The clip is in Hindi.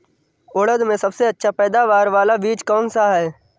उड़द में सबसे अच्छा पैदावार वाला बीज कौन सा है?